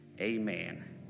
amen